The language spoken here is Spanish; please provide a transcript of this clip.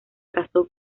casó